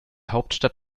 hauptstadt